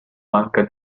banca